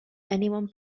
anyone